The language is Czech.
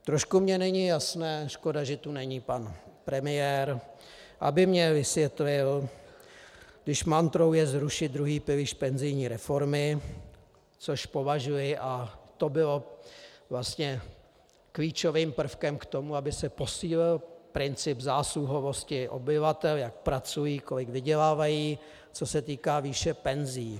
Trošku mi není jasné, škoda, že tu není pan premiér, aby mi vysvětlil, když mantrou je zrušit druhý pilíř penzijní reformy, což považuji a to bylo vlastně klíčovým prvkem k tomu, aby se posílil princip zásluhovosti obyvatel, jak pracují, kolik vydělávají, co se týká výše penzí.